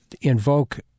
invoke